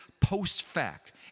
post-fact